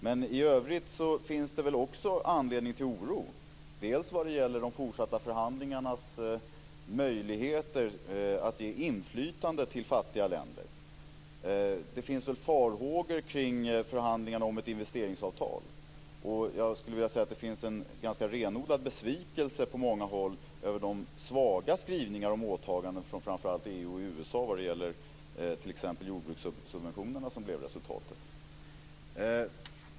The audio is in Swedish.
Men i övrigt finns det också anledning till oro när det gäller de fortsatta förhandlingarnas möjligheter att ge inflytande till fattiga länder. Det finns väl farhågor kring förhandlingarna om ett investeringsavtal. Jag skulle vilja säga att det finns en ganska renodlad besvikelse på många håll över de svaga skrivningar om åtagande från framför allt EU och USA när det gäller t.ex. jordbrukssubventionerna som blev resultatet.